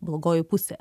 blogoji pusė